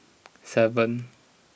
seven